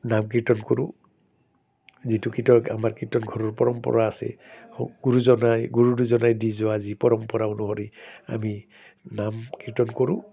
নাম কীৰ্তন কৰোঁ যিটো কীৰ্তন আমাৰ কীৰ্তন ঘৰৰ পৰম্পৰা আছে গুৰুজনাই গুৰু দুজনাই দি যোৱা যি পৰম্পৰা অনুসৰি আমি নাম কীৰ্তন কৰোঁ